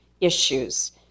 issues